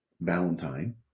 Valentine